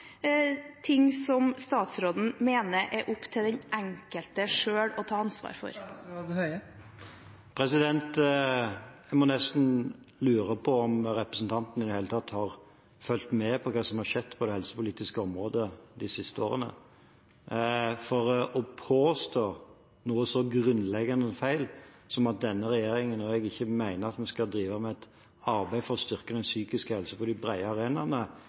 ting som statsråden mener er opp til den enkelte selv å ta ansvar for? En må nesten lure på om representanten i det hele tatt har fulgt med på hva som har skjedd på det helsepolitiske området de siste årene, for å påstå noe så grunnleggende feil som at denne regjeringen og jeg ikke mener at vi skal drive med et arbeid for å styrke den psykiske helsen på de brede arenaene,